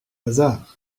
hasard